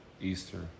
Easter